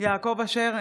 יעקב אשר,